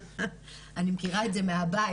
נעמת.